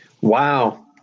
Wow